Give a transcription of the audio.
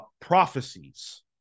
prophecies